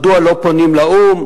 מדוע לא פונים לאו"ם,